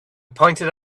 pointed